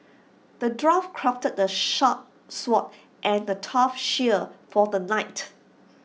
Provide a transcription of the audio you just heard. the dwarf crafted A sharp sword and A tough shield for the knight